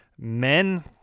men